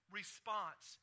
response